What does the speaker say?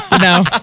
no